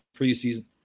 preseason